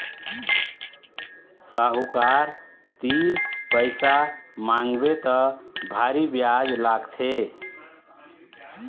साहूकार तीर पइसा मांगबे त भारी बियाज लागथे